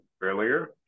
earlier